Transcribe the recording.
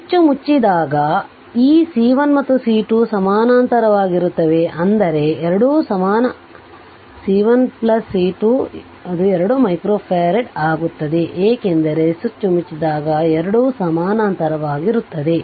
switch ಮುಚ್ಚಿದಾಗ ಈ C1 ಮತ್ತು C2 ಸಮಾನಾಂತರವಾಗಿರುತ್ತವೆ ಅಂದರೆ ಎರಡೂ ಸಮಾನ ಅಂದರೆ ಅದು C1 C2 ಅದು 2 ಮೈಕ್ರೊಫರಾಡ್ ಆಗುತ್ತದೆ ಏಕೆಂದರೆ ಸ್ವಿಚ್ ಮುಚ್ಚಿದಾಗ ಎರಡೂ ಸಮಾನಾಂತರವಾಗಿರುತ್ತದೆ